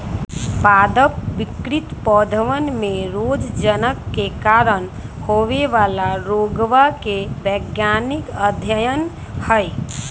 पादप विकृति पौधवन में रोगजनक के कारण होवे वाला रोगवा के वैज्ञानिक अध्ययन हई